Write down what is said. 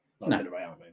No